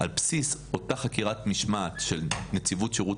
על בסיס אותה חקירת משמעת של נציבות שירות